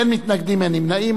אין מתנגדים ואין נמנעים.